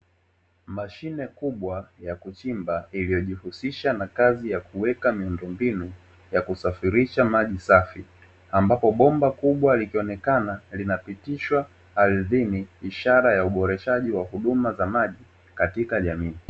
Mashine kubwa ya kuchimba inayojihusisha na kazi ya kuweka miundo mbinu ya kusafirisha maji safi ambopo bomba kubwa likionekana linapotishwa ardhini, ishara ya uboreshaji wa huduma ya maji Katika jamii.